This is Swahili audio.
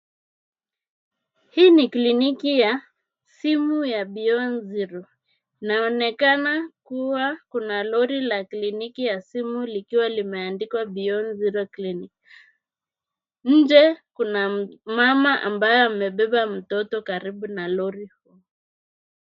Hii ni kliniki ya simu ya Beyond Zero , inaonekana kuwa kuna lori la kliniki ya simu likiwa lime andikwa Beyond Zero Clinic . Nje kuna mama ambayo ame beba mtoto karibu na lori huo.